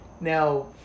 Now